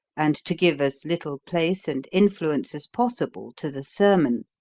and to give as little place and influence as possible to the sermon,